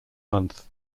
month